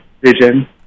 vision